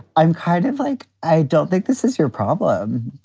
i'm kind of like i don't think this is your problem.